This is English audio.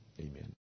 Amen